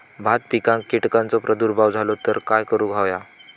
भात पिकांक कीटकांचो प्रादुर्भाव झालो तर काय करूक होया?